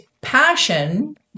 passion